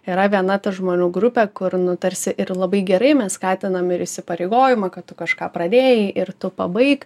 yra viena ta žmonių grupė kur nu tarsi ir labai gerai mes skatinam ir įsipareigojimą kad tu kažką pradėjai ir tu pabaik